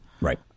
Right